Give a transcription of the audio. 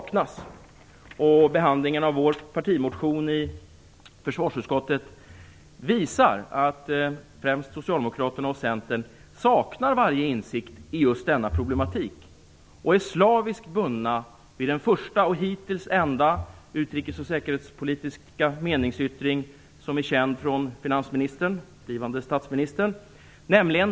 Försvarsutskottets behandling av vår partimotion visar att främst Socialdemokraterna och Centern saknar varje insikt i just denna problematik och att de är slaviskt bundna vid den första och hittills enda utrikes och säkerhetspolitiska meningsyttring som är känd från finansministern, den blivande statsministern.